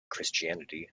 christianity